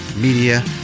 Media